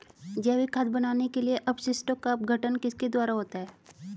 जैविक खाद बनाने के लिए अपशिष्टों का अपघटन किसके द्वारा होता है?